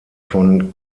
von